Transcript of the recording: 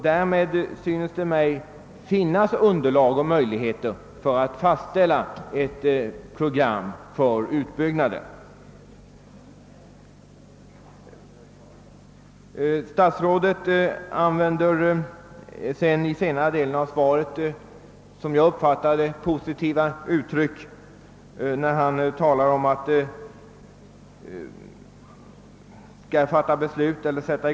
Därmed synes det mig finnas underlag och möjligheter för att fastställa ett program för utbyggnaden. I senare delen av svaret använder statsrådet, såsom jag uppfattade det, positiva uttryck när han säger att »beslut snabbt skall kunna fattas».